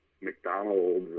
McDonald's